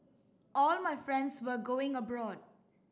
all my friends were going abroad